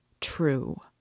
true